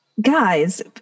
guys